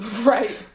Right